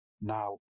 Now